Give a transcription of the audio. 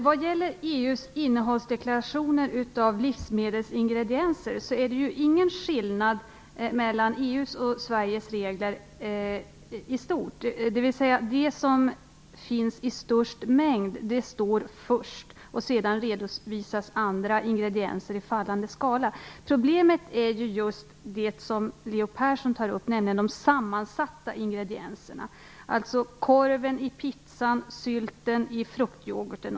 Fru talman! Det finns i stort sett ingen skillnad mellan EU:s regler och Sveriges regler när det gäller innehållsdeklarationer av livsmedelsingredienser. Det som finns i störst mängd står först. Sedan redovisas andra ingredienser i fallande skala. Problemet är just det som Leo Persson tar upp, nämligen de sammansatta ingredienserna, t.ex. korven i pizzan och sylten i fruktyoghurten.